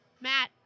Matt